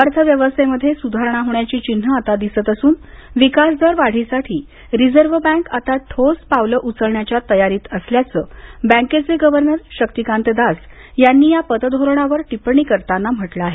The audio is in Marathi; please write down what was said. अर्थव्यवस्थेमध्ये सुधारणा होण्याची चिन्हं आता दिसत असून विकासदर वाढीसाठी रिझर्व्ह बँक आता ठोस पावलं उचलण्याच्या तयारीत असल्याचं बँकेचे गव्हर्नर शक्तीकांत दास यांनी या पतधोरणावर टिप्पणी करताना म्हटलं आहे